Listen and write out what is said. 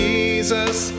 Jesus